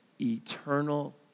eternal